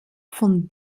von